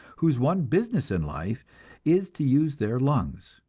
whose one business in life is to use their lungs.